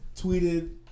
tweeted